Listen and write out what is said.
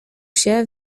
się